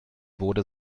wurde